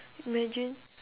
imagine